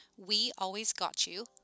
WeAlwaysGotYou